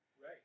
Right